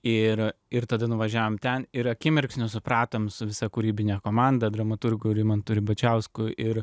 ir ir tada nuvažiavom ten ir akimirksniu supratom su visa kūrybine komanda dramaturgų rimanto ribačiausku ir